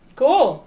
cool